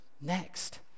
next